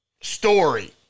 story